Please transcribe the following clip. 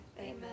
Amen